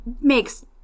makes